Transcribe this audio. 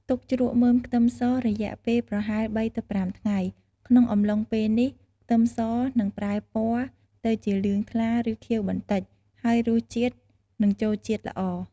ទុកជ្រក់មើមខ្ទឹមស រយៈពេលប្រហែល ៣ទៅ៥ ថ្ងៃ ក្នុងអំឡុងពេលនេះ ខ្ទឹមសនឹងប្រែពណ៌ទៅជាលឿងថ្លា ឬខៀវបន្តិច ហើយរសជាតិនឹងចូលជាតិល្អ។